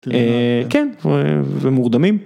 כן ו ומורדמים.